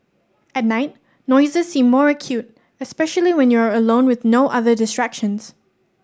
at night noises seem more acute especially when you are alone with no other distractions